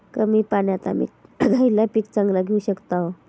कमी पाण्यात आम्ही खयला पीक चांगला घेव शकताव?